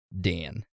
Dan